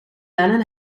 lennon